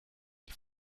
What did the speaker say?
die